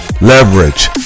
leverage